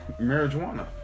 marijuana